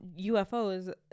UFOs